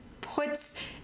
puts